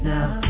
Now